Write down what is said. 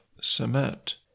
cement